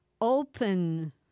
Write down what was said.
Open